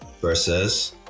versus